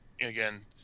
again